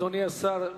אדוני השר,